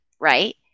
Right